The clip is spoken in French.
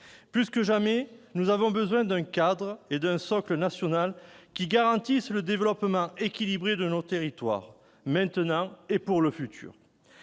Plus que jamais, nous avons besoin d'un cadre et d'un socle national qui garantissent le développement équilibré de nos territoires, maintenant et pour le futur.